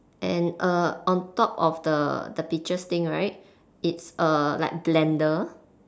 and err on top of the the peaches thing right it's err like blender